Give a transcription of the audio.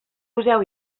poseu